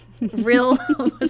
real